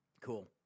Cool